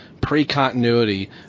pre-continuity